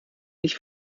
nicht